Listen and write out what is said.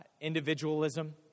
individualism